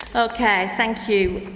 ok. thank you.